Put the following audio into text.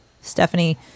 stephanie